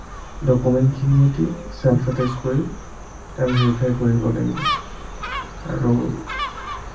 ডকুমেণ্টখিনিৰে সৈতে self attest কৰি তেওঁ ভেৰিফাই কৰিব লাগিব আৰু